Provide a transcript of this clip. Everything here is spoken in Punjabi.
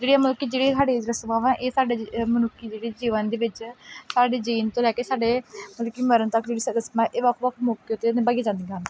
ਜਿਹੜੀਆਂ ਮਤਲਬ ਕਿ ਜਿਹੜੀਆਂ ਸਾਡੀਆਂ ਰਸਮਾਂ ਵਾਂ ਇਹ ਸਾਡੇ ਜ ਮਨੁੱਖੀ ਜਿਹੜੀ ਜੀਵਨ ਦੇ ਵਿੱਚ ਹੈ ਸਾਡੇ ਜੀਣ ਤੋਂ ਲੈ ਕੇ ਸਾਡੇ ਮਤਲਬ ਕਿ ਮਰਨ ਤੱਕ ਜਿਹੜੀ ਸਭ ਰਸਮਾਂ ਇਹ ਵੱਖ ਵੱਖ ਮੌਕੇ ਉੱਤੇ ਨਿਭਾਈਆਂ ਜਾਂਦੀਆਂ ਹਨ